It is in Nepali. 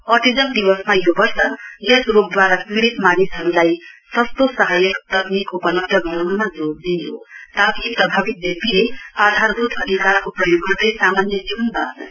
अटिज्म दिवसमा यो वर्ष यस रोगद्वारा पीडित मानिसहरूलाई सस्तो सहायक तक्निक उपलब्ध गराउनमा जोड दिइयो ताकि प्रभावित व्यक्तिले आधारभूत अधिकारको प्रयोग गर्दै सामान्य जीवन बाँच्न सक्न्